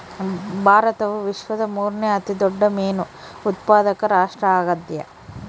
ಭಾರತವು ವಿಶ್ವದ ಮೂರನೇ ಅತಿ ದೊಡ್ಡ ಮೇನು ಉತ್ಪಾದಕ ರಾಷ್ಟ್ರ ಆಗ್ಯದ